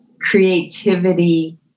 creativity